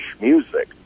music